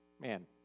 man